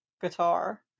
guitar